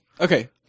Okay